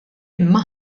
imma